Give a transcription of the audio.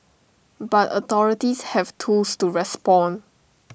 but authorities have tools to respond